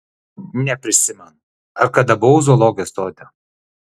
neprisimenu ar kada buvau zoologijos sode